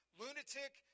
lunatic